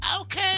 okay